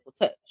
touch